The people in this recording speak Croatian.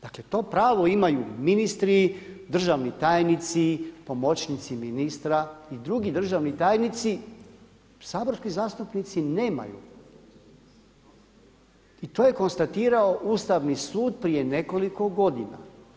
Dakle to pravo imaju ministri, državni tajnici, pomoćnici ministra i drugi državni tajnici, saborski zastupnici nemaju i to je konstatirao Ustavni su prije nekoliko godina.